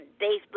Facebook